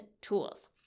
tools